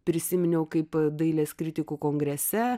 prisiminiau kaip dailės kritikų kongrese